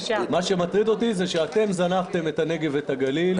מה שמטריד אותי הוא שאתם זנחתם את הנגב ואת הגליל,